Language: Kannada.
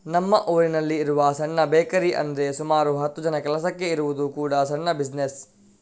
ನಮ್ಮ ಊರಿನಲ್ಲಿ ಇರುವ ಸಣ್ಣ ಬೇಕರಿ ಅಂದ್ರೆ ಸುಮಾರು ಹತ್ತು ಜನ ಕೆಲಸಕ್ಕೆ ಇರುವುದು ಕೂಡಾ ಸಣ್ಣ ಬಿಸಿನೆಸ್